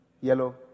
Yellow